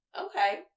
Okay